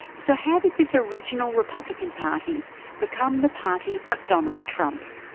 so how did this original republican party become the party of donald trump?